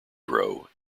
grow